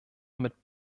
mit